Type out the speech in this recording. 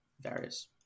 various